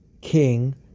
king